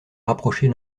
rapprocher